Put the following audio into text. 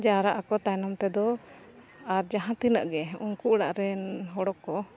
ᱡᱟᱣᱨᱟᱜ ᱟᱠᱚ ᱛᱟᱭᱱᱚᱢ ᱛᱮᱫᱚ ᱟᱨ ᱡᱟᱦᱟᱸ ᱛᱤᱱᱟᱹᱜ ᱜᱮ ᱩᱱᱠᱩ ᱚᱲᱟᱜ ᱨᱮᱱ ᱦᱚᱲ ᱠᱚ